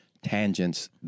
Tangents